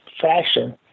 fashion